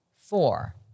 four